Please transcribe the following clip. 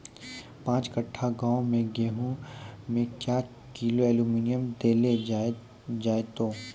पाँच कट्ठा गांव मे गेहूँ मे क्या किलो एल्मुनियम देले जाय तो?